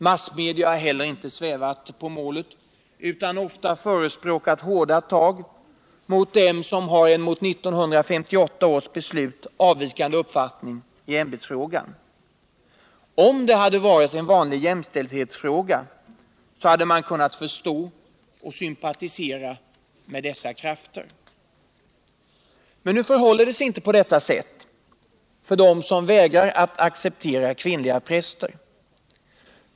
Massmedia har icke heller svävat på målet utan oftast förespråkat hårda tag mot dem som har en mot 1958 års beslut avvikande uppfattning i ämbetsfrågan. Om det hade varit en vanlig jämställdhetsfråga. så hade man kunnat förstå och sympatisera med dessa krafter. Men nu förhåller det sig inte på detta sätt för dem som vägrar acceptera kvinnliga präster.